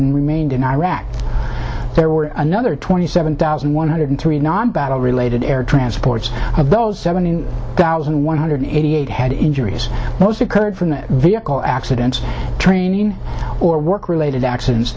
and remained in iraq there were another twenty seven thousand one hundred three non battle related air transports of those seventy thousand one hundred eighty eight head injuries most incurred from the vehicle accidents training or work related accidents